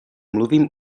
mluvím